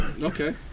Okay